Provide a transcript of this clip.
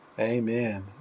Amen